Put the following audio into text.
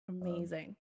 amazing